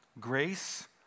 Grace